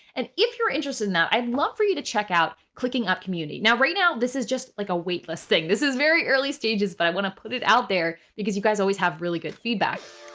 and if you're interested in that, i'd love for you to check out clickapp community. now, right now, this is just like a weightless thing. this is very early stages. but i want to put it out there because you guys always have really good feedback.